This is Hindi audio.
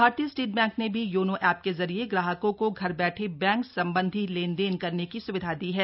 भारतीय स्टेट बैंक ने भी योनो ऐप के जरिए ग्राहकों को घर बैठे बैंक संबंधी लेनदेन करने की सुविधा दी है